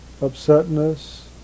upsetness